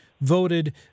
voted